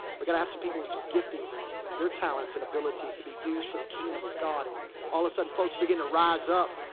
we gotta have some people with some giftings and their talents and abilities to be used for the kingdom of god. and all the sudden folks began to rise up.